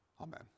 amen